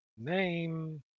Name